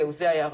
זה היה הרציונל.